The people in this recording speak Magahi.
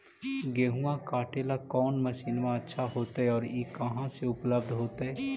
गेहुआ काटेला कौन मशीनमा अच्छा होतई और ई कहा से उपल्ब्ध होतई?